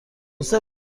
باشه